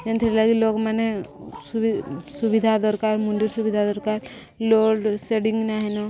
ଏନ୍ତିର ଲାଗି ଲୋକମାନେ ସୁବିଧା ଦରକାର ମଣ୍ଡି ସୁବିଧା ଦରକାର ଲୋଡ଼ ସେଡ଼ିଙ୍ଗ ନାହିଁନ